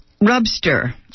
Rubster